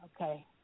Okay